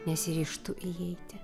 nesiryžtu įeiti